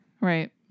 Right